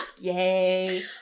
Yay